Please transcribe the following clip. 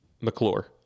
McClure